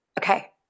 Okay